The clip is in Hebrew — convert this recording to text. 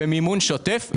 במימון שוטף ובהלוואות.